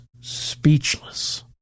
speechless